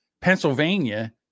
Pennsylvania